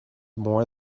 more